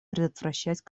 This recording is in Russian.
предотвращать